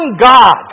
God